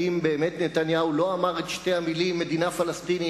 האם באמת נתניהו לא אמר את שתי המלים "מדינה פלסטינית"